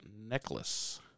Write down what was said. necklace